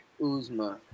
Uzma